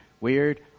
weird